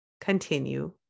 continue